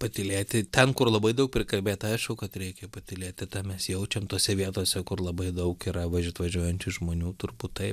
patylėti ten kur labai daug prikalbėta aišku kad reikia patylėti tą mes jaučiam tose vietose kur labai daug yra važiuot važiuojančių žmonių turbūt taip